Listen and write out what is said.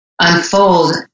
unfold